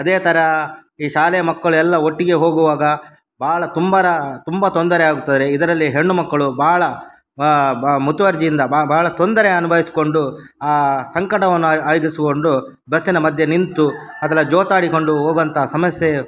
ಅದೇ ತರಹ ಈ ಶಾಲೆ ಮಕ್ಕಳೆಲ್ಲ ಒಟ್ಟಿಗೆ ಹೋಗುವಾಗ ಭಾಳ ತುಂಬ ತುಂಬ ತೊಂದರೆ ಆಗುತ್ತದೆ ಇದರಲ್ಲಿ ಹೆಣ್ಣು ಮಕ್ಕಳು ಭಾಳ ಬ ಮುತುವರ್ಜಿಯಿಂದ ಬ ಭಾಳ ತೊಂದರೆ ಅನುಭವಿಸ್ಕೊಂಡು ಆ ಸಂಕಟವನ್ನು ಆಯ್ದಿಸುಕೊಂಡು ಬಸ್ಸಿನ ಮಧ್ಯೆ ನಿಂತು ಅಗಲ ಜೋತಾಡಿಕೊಂಡು ಹೋಗುವಂಥ ಸಮಸ್ಯೆಯು